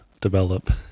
develop